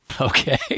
Okay